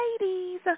ladies